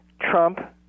Trump